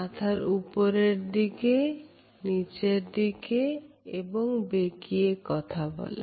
মাথার উপর দিকে করা নিচের দিকে করার এবং ঘাড় বেঁকিয়ে কথা বলা